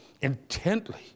intently